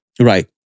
right